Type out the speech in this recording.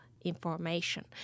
information